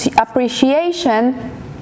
appreciation